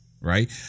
right